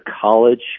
college